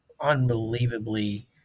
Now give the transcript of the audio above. unbelievably